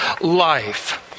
life